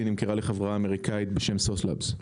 והיא נמכרה לחברה אמריקאית בשם Sauce Labs.